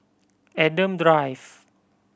Adam Drive